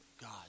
God